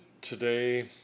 today